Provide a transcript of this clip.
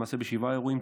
שבעה אירועים,